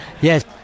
Yes